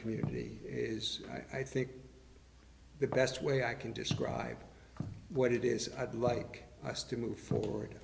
community is i think the best way i can describe what it is i'd like us to move forward